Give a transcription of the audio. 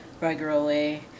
regularly